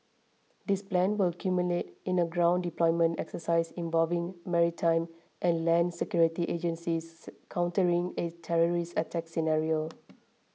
this plan will culminate in the ground deployment exercise involving maritime and land security agencies countering a terrorist attack scenario